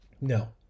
No